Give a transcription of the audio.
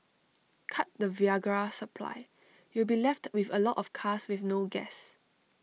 cut the Viagra supply you'll be left with A lot of cars with no gas